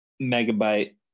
megabyte